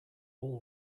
all